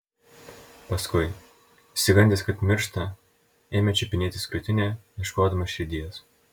paskui išsigandęs kad miršta ėmė čiupinėtis krūtinę ieškodamas širdies